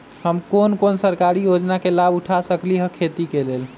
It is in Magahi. हम कोन कोन सरकारी योजना के लाभ उठा सकली ह खेती के लेल?